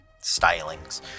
stylings